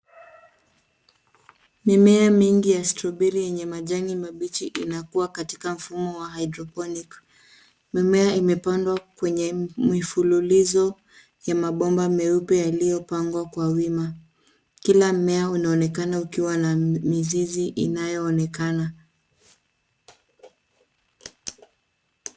Mimea mingi ya strawberry yenye majani mabichi inakua katika mfumo wa hydroponic . Mimea imepandwa kwenye mifululizo ya mabomba meupe yaliyopangwa kwa wima. Kila mmea unaonekana ukiwa na mizizi inayoonekana.